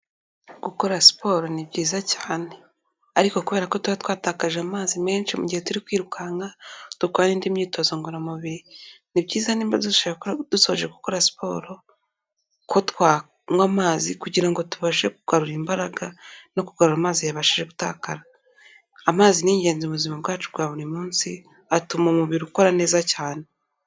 Gukora siporo ni byiza cyane. Ariko kubera ko tuba twatakaje amazi menshi mu gihe turi kwirukanka dukora nindi myitozo ngororamubiri. Ni byiza ko niba dusoje gukora siporo ko twanywa kugira ngo tubashe kugarura imbaraga no kugarura amazi yabashije gutakara. Amazi ni ingenzi mu buzima bwacu bwa buri munsi, atuma umubiri ukora neza cyane.